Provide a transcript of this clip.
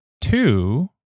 two